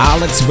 Alex